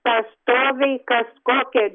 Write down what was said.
pastoviai kas kokia